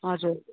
हजुर